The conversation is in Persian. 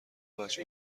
بچه